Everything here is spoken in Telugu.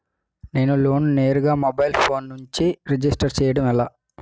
నేను లోన్ నేరుగా మొబైల్ ఫోన్ నుంచి రిజిస్టర్ చేయండి ఎలా?